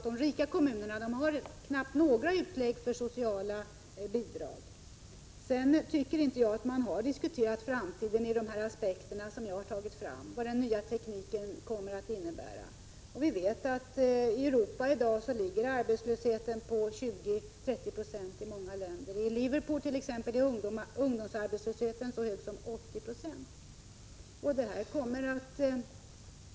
De rika kommunerna har knappast några utlägg alls för sociala bidrag. Jag tycker inte att man har diskuterat framtiden utifrån de aspekter som jag har dragit fram, t.ex. vad den nya tekniken kommer att innebära. Vi vet att i Europa i dag ligger arbetslösheten i många länder på 20-30 96. I Liverpoolt.ex. är ungdomsarbetslösheten så hög som 80 90.